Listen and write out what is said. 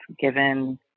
given